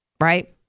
Right